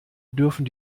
dürfen